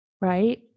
Right